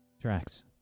tracks